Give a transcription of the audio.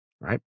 right